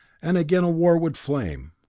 and again war would flame.